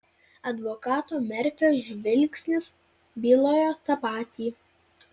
advokato merfio žvilgsnis bylojo tą patį